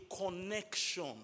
connection